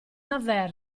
aver